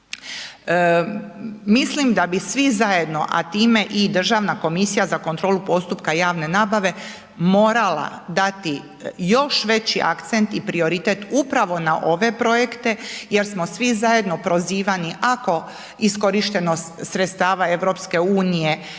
Mislim da bi svi zajedno, a time i Državna komisija za kontrolu postupka javne nabave morala dati još veći akcent i prioritet upravo na ove projekte jer smo svi zajedno prozivani ako iskorištenost sredstava EU